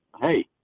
Hey